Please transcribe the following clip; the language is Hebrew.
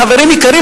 חברים יקרים,